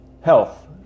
Health